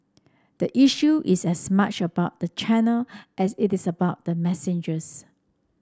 the issue is as much about the channel as it is about the messenger